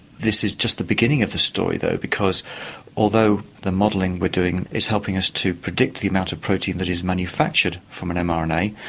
this is just the beginning of the story though, because although the modelling we're doing is helping us to predict the amount of protein that is manufactured from an um um and mrna,